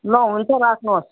ल हुन्छ राख्नुहोस्